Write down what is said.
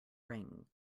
ring